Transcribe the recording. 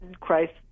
Christ